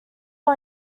all